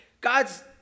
God's